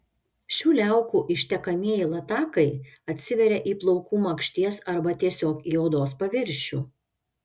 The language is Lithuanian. šių liaukų ištekamieji latakai atsiveria į plaukų makšties arba tiesiog į odos paviršių